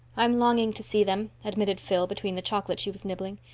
i'm longing to see them, admitted phil, between the chocolate she was nibbling.